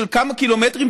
של כמה קילומטרים,